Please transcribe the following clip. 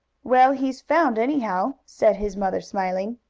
well, he's found, anyhow, said his mother, smiling.